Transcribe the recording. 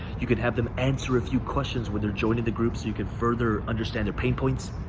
you can have them answer a few questions when they're joining the group so you can further understand their pain points.